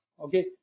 Okay